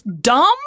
dumb